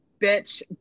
bitch